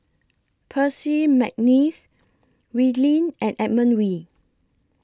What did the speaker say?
Percy Mcneice Wee Lin and Edmund Wee